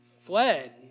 fled